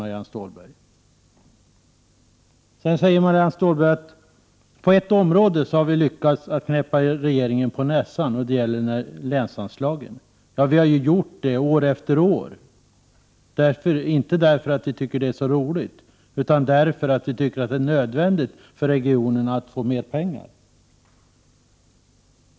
Marianne Stålberg säger vidare att oppositionen på ett område har lyckats knäppa regeringen på näsan, och det är i fråga om länsanslagen. Ja, vi har gjort det år efter år, inte därför att vi tycker att det är roligt, utan därför att det är nödvändigt för regionerna att få mer pengar.